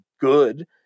good